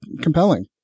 compelling